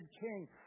King